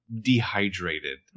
dehydrated